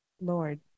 Lord